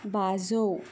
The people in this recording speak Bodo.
बाजौ